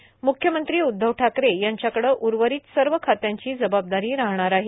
म्ख्यमंत्री उद्वव ठाकरे यांच्याकडे उर्वरित सर्व खात्यांची जबाबदारी राहणार आहे